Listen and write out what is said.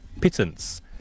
pittance